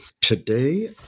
Today